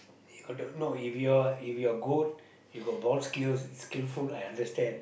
you got the no if your if your ghost you got boss skills skilful I understand